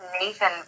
Nathan